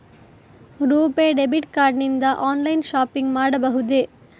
RuPay debit card ನಿಂದ online shopping ಮಾಡಬಹುದೇ?